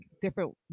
different